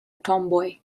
tomboy